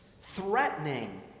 threatening